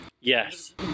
Yes